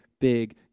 big